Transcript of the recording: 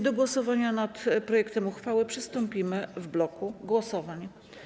Do głosowania nad projektem uchwały przystąpimy w bloku głosowań.